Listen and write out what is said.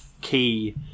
key